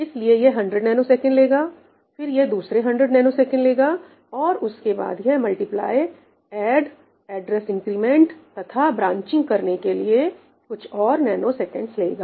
इसलिए यह 100 ns लेगा फिर यह दूसरे 100 ns लेगाऔर उसके बाद यह मल्टीप्लाई एड एड्रेस इंक्रीमेंट तथा ब्रांचिंग करने के लिए कुछ और नैनोसेकेंड्स लेगा